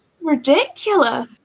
Ridiculous